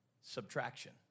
subtraction